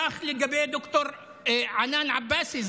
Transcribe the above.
כך לגבי ד"ר ענאן עבאסי,